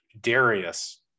Darius